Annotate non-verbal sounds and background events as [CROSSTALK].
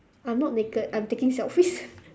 I'm not naked I'm taking selfies [LAUGHS]